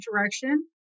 direction